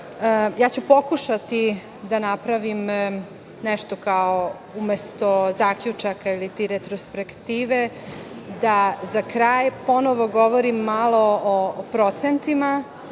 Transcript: pokušati da napravim nešto umesto zaključaka iliti retrospektive i da za kraj ponovo govorim malo o procentima,